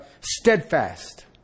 steadfast